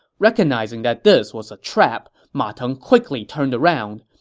recognizing that this was a trap, ma teng quickly turned around,